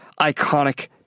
iconic